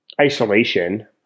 isolation